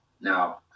Now